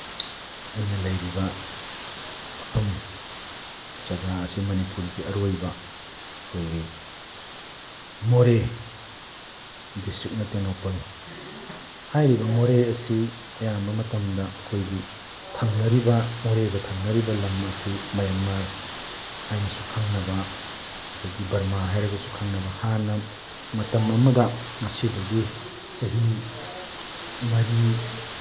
ꯑꯩꯅ ꯂꯩꯔꯤꯕ ꯃꯐꯝ ꯖꯒꯥ ꯑꯁꯤ ꯃꯅꯤꯄꯨꯔꯒꯤ ꯑꯔꯣꯏꯕ ꯑꯩꯈꯣꯏꯒꯤ ꯃꯣꯔꯦ ꯗꯤꯁꯇ꯭ꯔꯤꯛꯅ ꯇꯦꯡꯅꯧꯄꯜ ꯍꯥꯏꯔꯤꯕ ꯃꯣꯔꯦ ꯑꯁꯤ ꯑꯌꯥꯝꯕ ꯃꯇꯝꯗ ꯑꯩꯈꯣꯏꯒꯤ ꯊꯪꯅꯔꯤꯕ ꯃꯣꯔꯦꯒ ꯊꯪꯅꯔꯤꯕ ꯂꯝ ꯑꯁꯤ ꯃꯦꯟꯃꯥꯔ ꯍꯥꯏꯅꯁꯨ ꯈꯪꯅꯕ ꯑꯗꯒꯤ ꯕꯔꯃꯥ ꯍꯥꯏꯔꯒꯁꯨ ꯈꯪꯅꯕ ꯍꯥꯟꯅ ꯃꯇꯝ ꯑꯃꯗ ꯉꯁꯤꯗꯒꯤ ꯆꯍꯤ ꯃꯔꯤ